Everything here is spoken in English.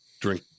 drink